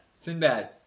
Sinbad